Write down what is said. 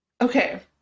Okay